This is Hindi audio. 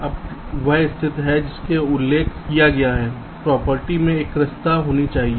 यह वह स्थिति है जिसका उल्लेख किया गया है प्रॉपर्टी में एकरसता होनी चाहिए